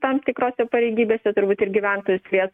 tam tikrose pareigybėse turbūt ir gyventojus lies